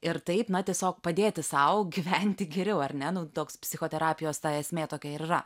ir taip na tiesiog padėti sau gyventi geriau ar ne nu toks psichoterapijos ta esmė tokia ir yra